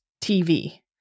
TV